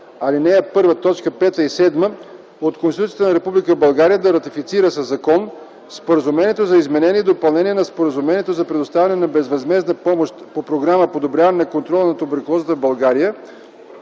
5 и 7 от Конституцията на Република България да ратифицира със закон Споразумението за изменение и допълнение на Споразумението за предоставяне на безвъзмездна помощ по Програмата „Подобряване на контрола на туберкулозата в България”